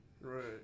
Right